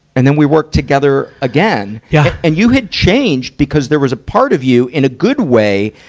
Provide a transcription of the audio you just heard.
and then we worked together again. yeah and you had changed, because there was a part of you, in a good way,